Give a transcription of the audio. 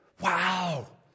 wow